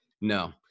No